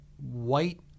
white